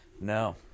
No